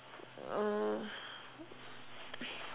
uh